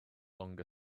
longer